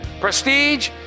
prestige